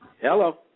Hello